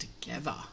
together